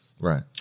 Right